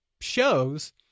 shows